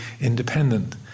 independent